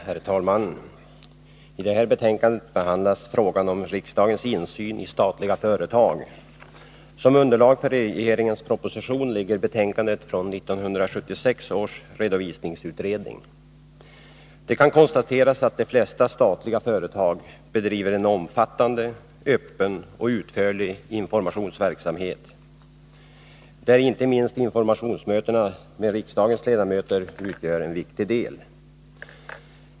Herr talman! I det här betänkandet behandlas frågan om riksdagens insyn i statliga företag. Som underlag för regeringens proposition ligger betänkandet från 1976 års redovisningsutredning. Det kan konstateras att de flesta statliga företag bedriver en omfattande, Öppen och utförlig informationsverksamhet, i vilken inte minst informationsmötena med riksdagens ledamöter utgör en viktig del.